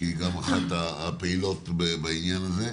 כי גם היא אחת הפעילות בעניין הזה.